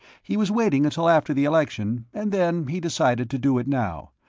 he was waiting until after the election, and then he decided to do it now,